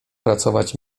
pracować